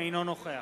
אינו נוכח